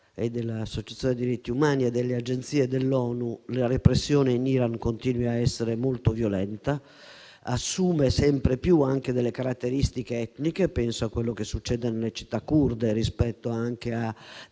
delle associazioni per i diritti umani e delle agenzie dell'ONU, la repressione in Iran continui a essere molto violenta. Essa assume sempre più delle caratteristiche etniche: penso a quello che succede nelle città curde rispetto a